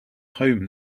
home